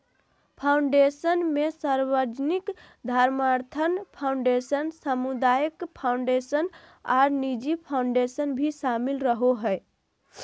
foundation मे सार्वजनिक धर्मार्थ फ़ाउंडेशन, सामुदायिक फ़ाउंडेशन आर निजी फ़ाउंडेशन भी शामिल रहो हय,